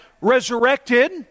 resurrected